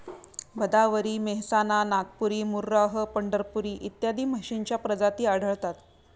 भदावरी, मेहसाणा, नागपुरी, मुर्राह, पंढरपुरी इत्यादी म्हशींच्या प्रजाती आढळतात